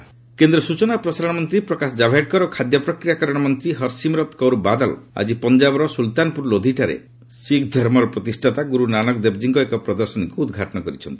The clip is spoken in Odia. ଗୁରୁନାନକ କେନ୍ଦ୍ର ସୂଚନା ଓ ପ୍ରସାରଣ ମନ୍ତ୍ରୀ ପ୍ରକାଶ ଜାଭଡେକର ଓ ଖାଦ୍ୟ ପ୍ରକ୍ରିୟା କରଣ ମନ୍ତ୍ରୀ ହରସିମରତ କୌର ବାଦଲ ଆଜି ପଞ୍ଜାବର ସ୍କଲତାନପୁର ଳୋଧିଠାରେ ଶିଖ୍ ଧର୍ମର ପ୍ରତିଷ୍ଠାତା ଗୁରୁ ନାନାକ ଦେବଜୀଙ୍କ ଏକ ପ୍ରଦର୍ଶନୀକୁ ଉଦ୍ଘାଟନ କରିଛନ୍ତି